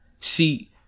See